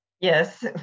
Yes